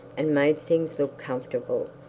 and made things look comfortable.